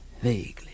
vaguely